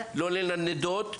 לא לנדנדות,